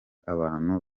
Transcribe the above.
abantu